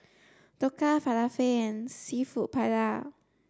Dhokla Falafel and Seafood Paella